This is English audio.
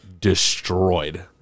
destroyed